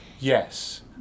Yes